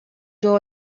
жол